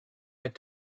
had